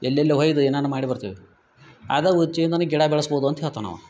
ಎಲ್ಲೆಲ್ಲಿ ಹೊಯ್ದ ಏನೇನ ಮಾಡಿ ಬರ್ತಿವಿ ಅದ ಉಚ್ಚೆ ನನಗೆ ಗಿಡ ಬೆಳಸ್ಬೋದು ಅಂತ ಹೇಳ್ತಾನೆ ಅವ